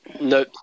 No